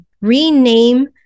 Rename